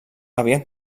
havien